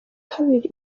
kabiri